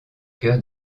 cœur